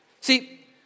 See